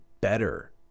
better